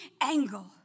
angle